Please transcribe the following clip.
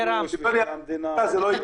יש תרבות אלימות במדינה.